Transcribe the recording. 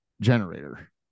generator